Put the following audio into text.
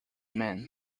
man